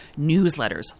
newsletters